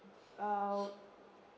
uh